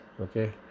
okay